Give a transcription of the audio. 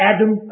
Adam